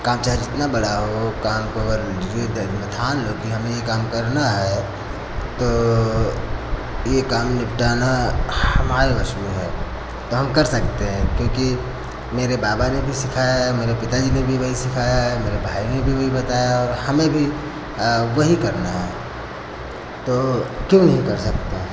काम चाहे जितना बड़ा हो काम को अगर हृदय में ठान लो कि हमें ये काम करना है तो ये काम निपटाना हमारे वश में है तो हम कर सकते हैं क्योंकि मेरे बाबा ने भी सिखाया है मेरे पिता जी ने भी वही सिखाया है मेरे भाई ने भी वही बताया और हमें भी वही करना है तो क्यों नहीं कर सकता है